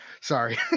Sorry